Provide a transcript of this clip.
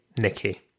Nicky